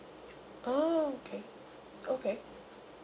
oh okay okay